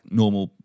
normal